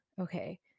okay